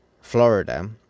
Florida